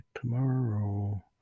tomorrow